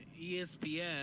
ESPN